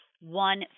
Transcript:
one